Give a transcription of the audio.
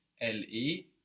L-E